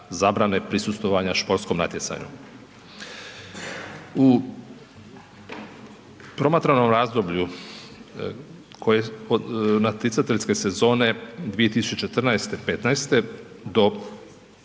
zabrane prisustvovanja športskom natjecanju. U promatranom razdoblju natjecateljske sezone 2014., 15. do